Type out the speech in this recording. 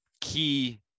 key